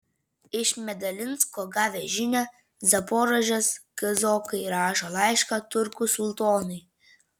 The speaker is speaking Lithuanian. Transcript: iš medalinsko gavę žinią zaporožės kazokai rašo laišką turkų sultonui